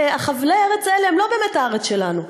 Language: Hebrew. חבלי הארץ האלה הם לא באמת הארץ שלנו.